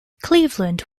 cleveland